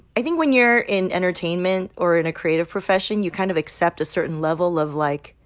i think when you're in entertainment or in a creative profession, you kind of accept a certain level of, like,